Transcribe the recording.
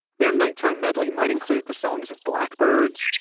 their night-time medley might include the songs of blackbirds,